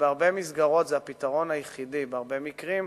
שבהרבה מסגרות זה הפתרון היחידי, בהרבה מקרים,